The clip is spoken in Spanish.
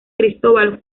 cristóbal